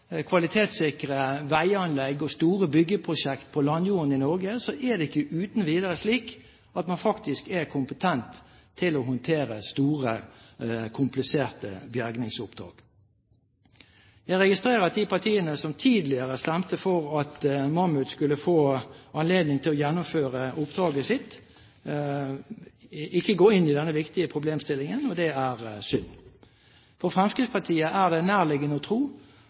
kvalitetssikre veianlegg og store byggeprosjekt på landjorden i Norge, er det ikke uten videre slik at man faktisk er kompetent til å håndtere store, kompliserte bergingsoppdrag. Jeg registrerer at de partiene som tidligere stemte for at Mammoet skulle få anledning til å gjennomføre oppdraget sitt, ikke går inn i den viktige problemstillingen, og det er synd. For Fremskrittspartiet er det nærliggende å tro